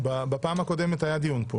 בישיבת הוועדה שתדון בחוק הזה,